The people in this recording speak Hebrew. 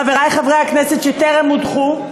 חברי חברי הכנסת שטרם הודחו,